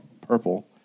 purple